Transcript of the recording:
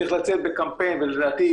צריך לצאת בקמפיין, ולדעתי,